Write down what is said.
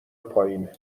پایینه